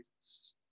Jesus